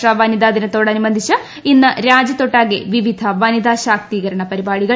അന്താരാഷ്ട്ര വനിതാ ദിനത്തോടനുബന്ധിച്ച് ഇന്ന് രാജ്യത്തൊട്ടാകെ വിവിധ വനിതാ ശാക്തീകരണ പരിപാടികൾ